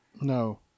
No